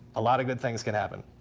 a lot of good things can happen.